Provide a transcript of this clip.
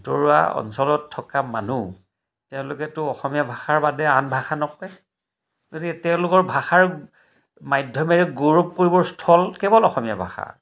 ভিতৰুৱা অঞ্চলত থকা মানুহ তেওঁলোকেতো অসমীয়া ভাষাৰ বাদে আন ভাষা নকয় গতিকে তেওঁলোকৰ ভাষাৰ মাধ্যমেৰে গৌৰৱ কৰিবৰ স্থল কেৱল অসমীয়া ভাষা